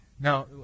Now